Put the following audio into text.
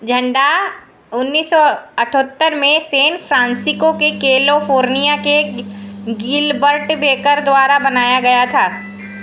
झण्डा उन्नीस सौ अठहत्तर में सान फ्रान्सिस्को कैलिफोर्निया के गिल्बर्ट बेकर द्वारा बनाया गया था